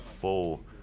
full